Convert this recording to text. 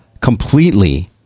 completely